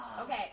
Okay